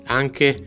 anche